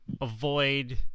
avoid